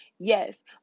Yes